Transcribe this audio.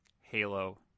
Halo